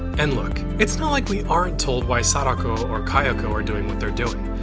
and look it's not like we aren't told why sadako or kayako are doing what they're doing.